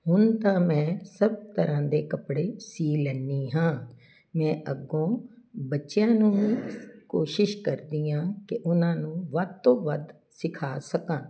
ਹੁਣ ਤਾਂ ਮੈਂ ਸਭ ਤਰ੍ਹਾਂ ਦੇ ਕੱਪੜੇ ਸੀ ਲੈਂਦੀ ਹਾਂ ਮੈਂ ਅੱਗੋਂ ਬੱਚਿਆਂ ਨੂੰ ਵੀ ਕੋਸ਼ਿਸ਼ ਕਰਦੀ ਹਾਂ ਕਿ ਉਹਨਾਂ ਨੂੰ ਵੱਧ ਤੋਂ ਵੱਧ ਸਿਖਾ ਸਕਾਂ